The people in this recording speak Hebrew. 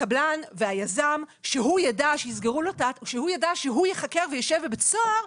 כשהקבלן והיזם ידעו שהם יחקרו וישבו בבית הסוהר,